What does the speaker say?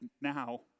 now